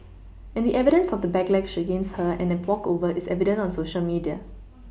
and the evidence of the backlash against her and a walkover is evident on Social media